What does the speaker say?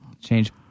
change